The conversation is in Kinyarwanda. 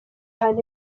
ahantu